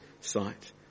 sight